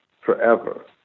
forever